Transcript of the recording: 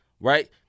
right